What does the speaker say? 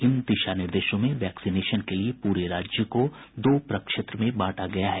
इन दिशा निर्देशों में वैक्सीनेशन के लिये पूरे राज्य को दो प्रक्षेत्र में बांटा गया है